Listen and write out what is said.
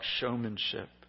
showmanship